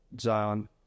Zion –